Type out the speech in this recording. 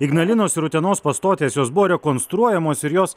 ignalinos ir utenos pastotės jos buvo rekonstruojamos ir jos